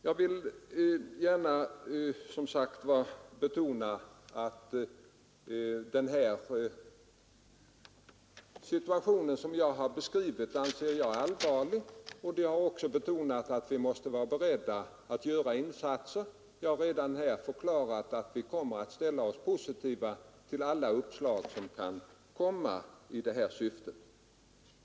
Jag vill gärna betona att jag anser den situation jag beskrivit vara allvarlig och att vi måste vara beredda att göra insatser. Jag har redan här förklarat att vi kommer att ställa oss positiva till alla uppslag som kan komma i detta syfte.